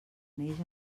neix